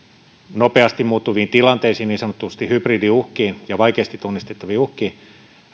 nopeasti muuttuviin tilanteisiin niin sanotusti hybridiuhkiin ja vaikeasti tunnistettaviin uhkiin